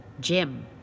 Jim